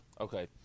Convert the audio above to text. okay